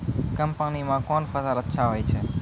कम पानी म कोन फसल अच्छाहोय छै?